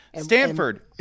Stanford